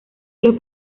los